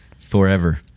Forever